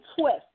twist